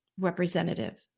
representative